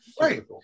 Right